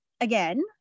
again